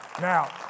Now